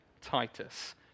Titus